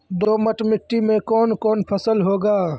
दोमट मिट्टी मे कौन कौन फसल होगा?